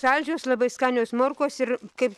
saldžios labai skanios morkos ir kaip